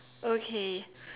okay